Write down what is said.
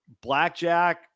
Blackjack